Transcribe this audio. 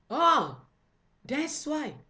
!wow! that's why